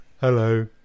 Hello